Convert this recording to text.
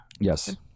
yes